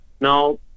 Now